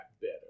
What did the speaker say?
better